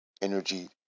energy